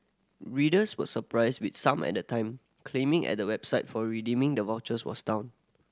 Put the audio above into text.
readers were surprised with some at the time claiming at the website for redeeming the vouchers was down